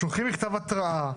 שולחים מכתב התראה ראשון.